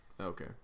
Okay